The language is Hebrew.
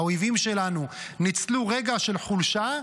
האויבים שלנו ניצלו רגע של חולשה,